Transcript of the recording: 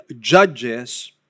judges